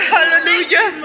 Hallelujah